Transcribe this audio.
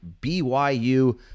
BYU